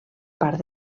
part